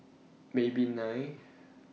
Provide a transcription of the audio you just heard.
Maybelline